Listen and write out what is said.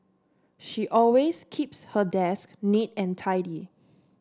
she always keeps her desk neat and tidy